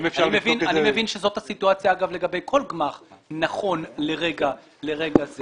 אני מבין שזאת הסיטואציה לגבי כל גמ"ח נכון לרגע זה